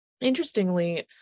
Interestingly